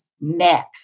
next